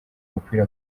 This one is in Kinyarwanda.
mupira